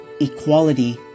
equality